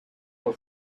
for